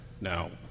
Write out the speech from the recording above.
now